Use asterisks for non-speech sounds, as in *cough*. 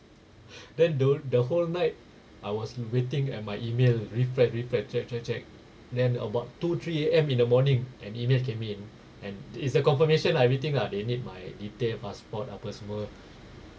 *breath* then the the whole night I was waiting at my email reflect reflect check check check then about two three A_M in the morning an email came in and it's the confirmation lah everything lah they need my detail passport apa semua